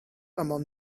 among